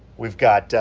we've got,